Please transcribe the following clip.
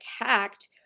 attacked